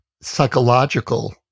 psychological